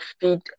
feed